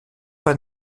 pas